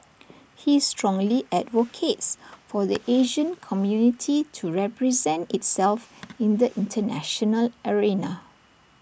he strongly advocates for the Asian community to represent itself in the International arena